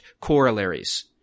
corollaries